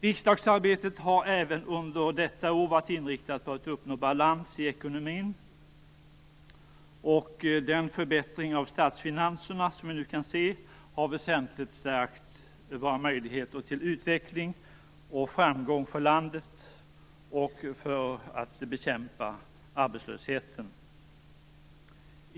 Riksdagsarbetet har även under detta år varit inriktat på att man skall uppnå balans i ekonomin, och den förbättring av statsfinanserna som vi nu kan se har väsentligt stärkt våra möjligheter till utveckling och framgång för landet och till att bekämpa arbetslösheten.